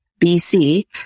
BC